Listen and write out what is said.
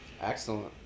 Excellent